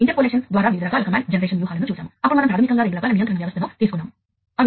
కాబట్టి పారిశ్రామిక ఆటోమేషన్ విషయంలో కూడా ఆ రకమైన ఇంటెరోపెరబిలిటీని మనం కోరుకుంటున్నాము